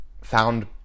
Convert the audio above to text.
found